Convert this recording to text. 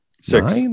six